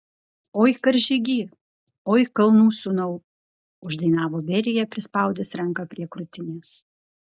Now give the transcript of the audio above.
oi karžygy oi kalnų sūnau uždainavo berija prispaudęs ranką prie krūtinės